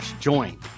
join